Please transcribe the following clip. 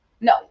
No